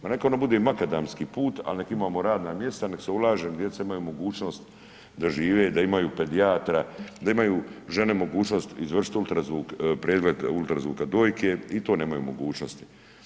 Pa neka ono bude i makadamski put, ali neka imamo radna mjesta, neka se ulaže da djeca imaju mogućnost da žive, da imaju pedijatra, da imaju žene mogućnost izvršiti ultrazvuk, pregled ultrazvuka dojke i to nemaju mogućnosti.